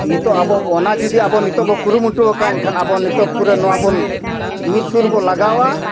ᱱᱤᱛᱳᱜ ᱟᱵᱚ ᱚᱱᱟ ᱡᱩᱫᱤ ᱟᱵᱚ ᱱᱤᱛᱳᱜ ᱵᱚ ᱠᱩᱨᱩᱢᱩᱴᱩ ᱟᱠᱟᱫᱟ ᱮᱱᱠᱷᱟᱱ ᱟᱵᱚ ᱱᱤᱛᱚᱜ ᱯᱩᱨᱟᱹ ᱱᱚᱣᱟ ᱵᱚᱱ ᱡᱩᱨᱥᱩᱨ ᱵᱚ ᱞᱟᱜᱟᱣᱟ